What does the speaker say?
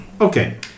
Okay